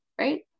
right